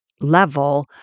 level